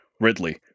Ridley